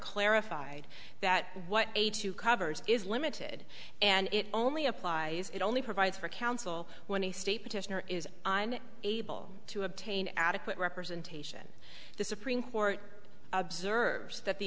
clarified that what eighty two covers is limited and it only applies it only provides for counsel when the state petitioner is on able to obtain adequate representation the supreme court observes that the